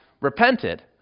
repented